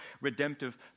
redemptive